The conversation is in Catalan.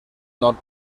nord